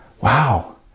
Wow